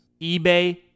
eBay